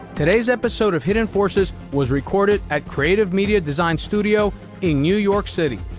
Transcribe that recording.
today's episode of hidden forces was recorded at creative media design studio in new york city.